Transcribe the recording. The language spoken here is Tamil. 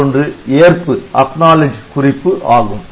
மற்றொன்று ஏற்பு குறிப்பு ஆகும்